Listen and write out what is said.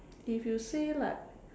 if you stay like